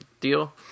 deal